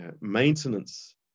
maintenance